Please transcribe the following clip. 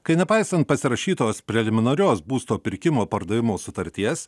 kai nepaisant pasirašytos preliminarios būsto pirkimo pardavimo sutarties